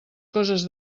coses